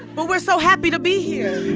but we're so happy to be here